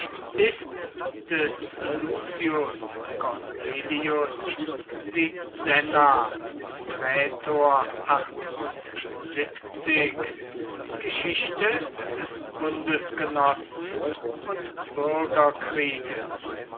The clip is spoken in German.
ist des lucius cornelius sisenna prätor geschichte des bundesgenossen und bürgerkrieges